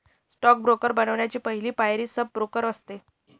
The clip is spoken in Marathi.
स्टॉक ब्रोकर बनण्याची पहली पायरी सब ब्रोकर असते